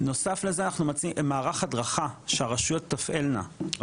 נוסף לזה אנחנו מציעים מערך הדרכה שהרשויות תפעלנה.